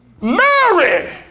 mary